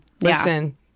Listen